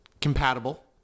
Compatible